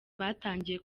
batangiye